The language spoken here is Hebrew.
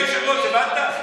אדוני היושב-ראש, הבנת?